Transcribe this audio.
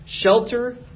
shelter